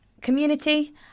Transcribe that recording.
community